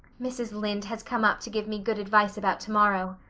mrs. lynde has come up to give me good advice about tomorrow,